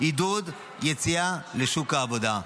עידוד יציאה לשוק העבודה.